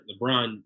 LeBron